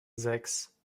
sechs